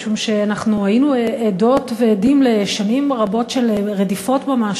משום שהיינו עדות ועדים לשנים רבות של רדיפות ממש